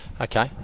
Okay